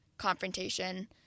confrontation